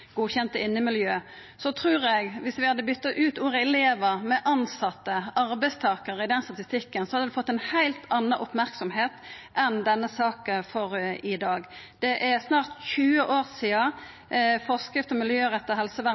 innemiljø, trur eg at dersom vi hadde bytta ut ordet «elevar» med «tilsette» eller «arbeidstakarar» i den statistikken, hadde det fått ei heilt anna merksemd enn det denne saka får i dag. Det er snart 20 år sidan forskrifta om miljøretta helsevern